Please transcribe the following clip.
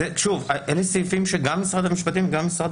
אלה סעיפים שגם משרד המשפטים וגם משרד